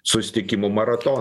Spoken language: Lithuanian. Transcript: susitikimų maratoną